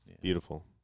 Beautiful